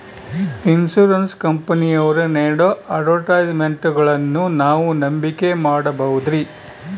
Insurance ಕಂಪನಿಯವರು ನೇಡೋ ಅಡ್ವರ್ಟೈಸ್ಮೆಂಟ್ಗಳನ್ನು ನಾವು ನಂಬಿಕೆ ಮಾಡಬಹುದ್ರಿ?